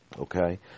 Okay